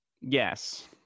Yes